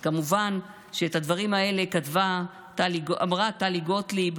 אז כמובן שאת הדברים האלה אמרה טלי גוטליב,